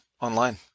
online